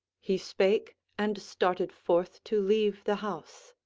he spake, and started forth to leave the house.